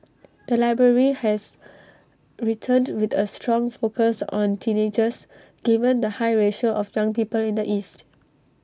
the library has returned with A strong focus on teenagers given the high ratio of young people in the east